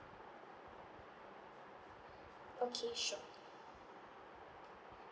okay sure